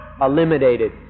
eliminated